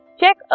check